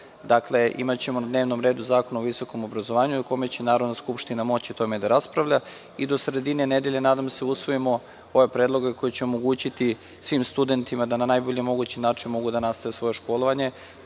imaćemo na dnevnom redu Zakon o visokom obrazovanju o kome će Narodna skupština moći da raspravlja i do sredine nedelje, nadam se, da usvojimo ove predloge koji će omogućiti svim studentima da na najbolji mogući način mogu da nastave svoje školovanje.